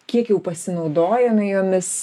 kiek jau pasinaudojome jomis